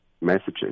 messages